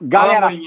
Galera